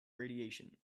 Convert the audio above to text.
radiation